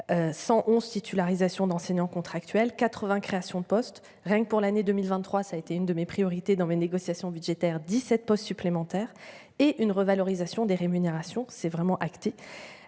111 titularisations d'enseignants contractuels 80 créations de postes rien que pour l'année 2023, ça a été une de mes priorités dans les négociations budgétaires 17 postes supplémentaires et une revalorisation des rémunérations, c'est vraiment acté